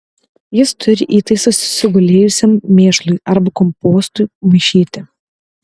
jis turi įtaisą susigulėjusiam mėšlui arba kompostui maišyti